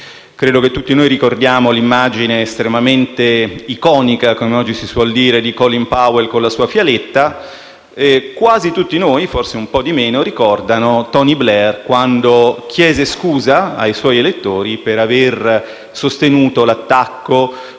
credo che tutti noi ricordiamo l’immagine estremamente iconica, come oggi si suol dire, di Colin Powell con la sua fialetta e quasi tutti noi - forse un po’ di meno - ricordiamo Tony Blair, quando chiese scusa ai suoi elettori per aver sostenuto l’attacco